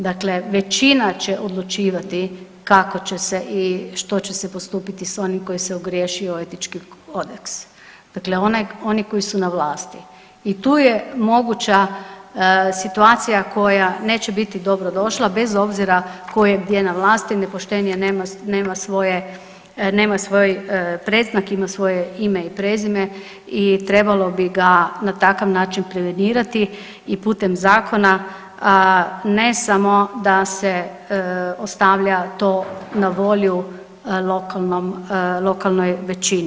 Dakle većina će odlučivati kako će se i što će se postupiti s onim koji se ogriješi o etički kodeks, dakle oni koji su na vlasti i tu je moguća situacija koja neće biti dobrodošla, bez obzira tko je gdje na vlasti, nepoštenje nema svoj predznak, ima svoje ime i prezime i trebalo bi ga na takav način prevenirati i putem zakona ne samo da se ostavlja to na volju lokalnoj većini.